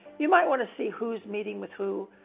you might want to see who's meeting with who.